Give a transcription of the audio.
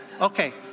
okay